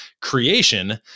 creation